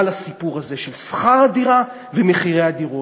הסיפור הזה של שכר דירה ומחירי הדירות.